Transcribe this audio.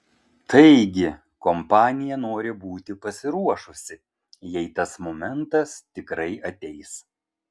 taigi kompanija nori būti pasiruošusi jei tas momentas tikrai ateis